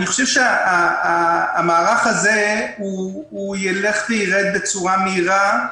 המערך הזה ילך וירד בצורה מהירה.